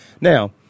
Now